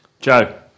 Joe